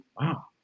wow